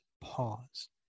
pause